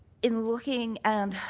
in looking and